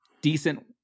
decent